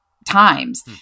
times